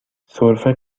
سرفه